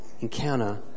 encounter